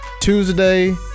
Tuesday